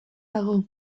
dago